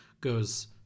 goes